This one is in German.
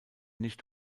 nicht